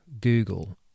Google